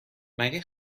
مگه